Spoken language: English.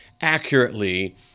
accurately